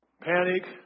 panic